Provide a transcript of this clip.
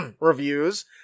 reviews